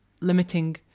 limiting